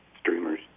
streamers